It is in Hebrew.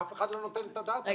אף אחד לא נותן את הדעת על זה.